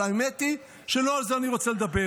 אבל האמת היא שלא על זה אני רוצה לדבר.